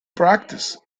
practice